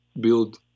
build